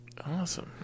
Awesome